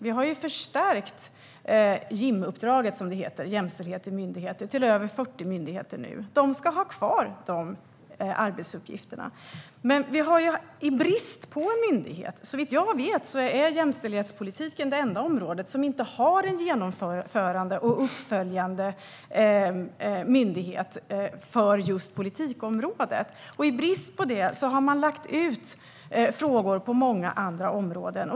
Vi har ju förstärkt JIM-uppdraget, Jämställdhetsintegrering i myndigheter, till över 40 myndigheter. De ska ha kvar dessa arbetsuppgifter. Såvitt jag vet är jämställdhetspolitiken det enda område som inte har en genomförande och uppföljande myndighet för politikområdet. I brist på det har man lagt ut frågor på många andra områden.